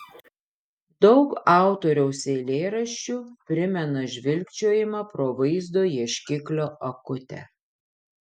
daug autoriaus eilėraščių primena žvilgčiojimą pro vaizdo ieškiklio akutę